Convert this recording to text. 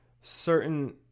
certain